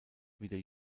wieder